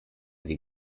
sie